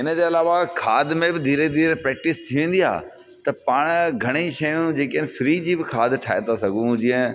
इन जे अलावा खाद में बि धीरे धीरे प्रेक्टिस थी वेंदी आहे त पाण घणेई शयूं जेकी आहिनि फ्री जी बि खाद ठाहे था सघूं जीअं